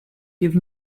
give